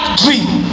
dream